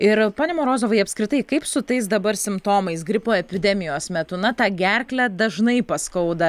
ir pone morozovai apskritai kaip su tais dabar simptomais gripo epidemijos metu na tą gerklę dažnai paskauda